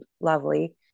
lovely